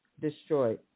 destroyed